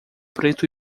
preto